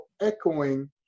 echoing